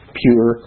pure